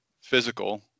physical